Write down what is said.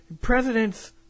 president's